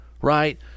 right